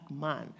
man